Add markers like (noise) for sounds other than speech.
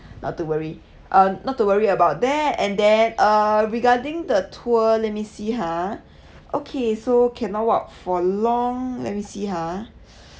(breath) not to worry uh not to worry about that and then uh regarding the tour let me see ha (breath) okay so cannot walk for long let me see ha